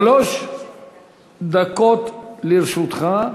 שלוש דקות לרשותך.